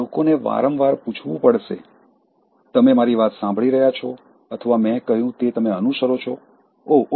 લોકોએ વારંવાર પૂછવું પડે તમે મારી વાત સાંભળી રહ્યા છો અથવા મેં કહ્યું તે તમે અનુસરો છો ઓહ ઓહ